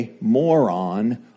moron